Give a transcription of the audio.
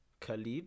Khalid